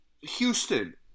Houston